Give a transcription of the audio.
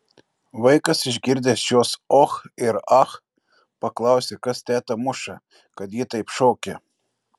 vaikas išgirdęs šiuos och ir ach paklausė kas tetą muša kad ji taip šaukia